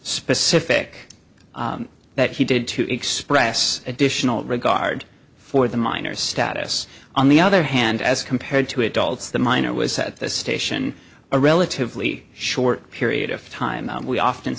specific that he did to express additional regard for the minors status on the other hand as compared to adults the minor was at the station a relatively short period of time we often